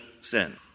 sin